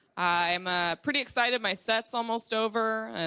i am pretty excited. my set is almost over.